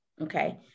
Okay